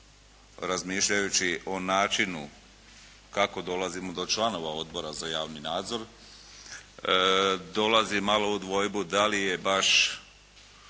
razmišljajući o načinu kako dolazimo do članova odbora za javni nadzor, dolazi malo u dvojbu da li je baš